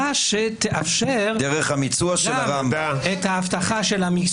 בין הרשות השופטת לבין הרשות המחוקקת ולרשות המבצעת,